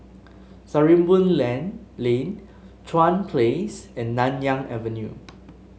Sarimbun Lan Lane Chuan Place and Nanyang Avenue